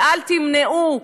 ואל תמנעו,